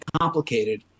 complicated